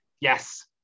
Yes